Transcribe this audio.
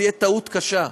זו תהיה טעות קשה,